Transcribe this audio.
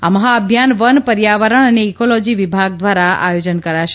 આ મહા અભિયાન વન પર્યાવરણ અને ઈકોલોજી વિભાગ દ્વારા આયોજન કરાશે